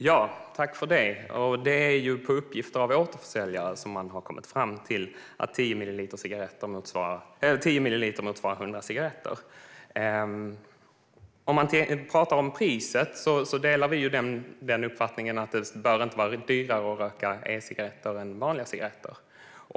Fru talman! Det är ju enligt uppgifter av återförsäljare som man har kommit fram till att 10 milliliter motsvarar 100 cigaretter. Vi delar uppfattningen att priset inte bör vara högre för e-cigarretter än för vanliga cigaretter.